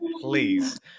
please